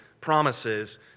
promises